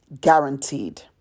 guaranteed